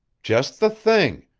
just the thing.